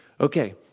Okay